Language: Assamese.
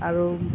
আৰু